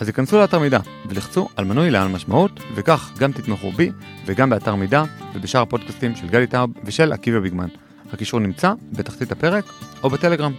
אז היכנסו לאתר מידע ולחצו על מנוי לעל משמעות וכך גם תתמכו בי וגם באתר מידע ובשאר הפודקאסטים של גלי טאוב ושל עקיבא ביגמן. הקישור נמצא בתחתית הפרק או בטלגרם.